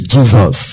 Jesus